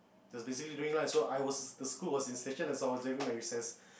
so basically during lunch so I was the school was in as I was having my recess